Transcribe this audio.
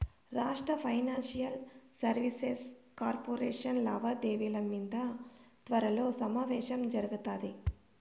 రాష్ట్ర financial services corporation లావాదేవిల మింద త్వరలో సమావేశం జరగతాది